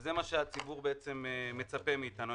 וזה מה שהציבור בעצם מצפה מאתנו.